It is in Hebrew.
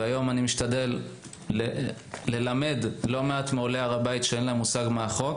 והיום אני משתדל ללמד לא מעט מעולי הר-הבית שאין להם מושג מהחוק